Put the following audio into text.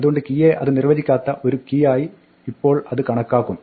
അതുകൊണ്ട് കീയെ അത് നിർവചിക്കാത്ത ഒരു കീ ആയി ഇപ്പോളഅ കണക്കാക്കും